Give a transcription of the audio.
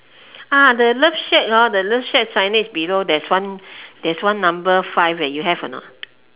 ah the love shack hor the love shack signage below there's one there's one number five eh you have or not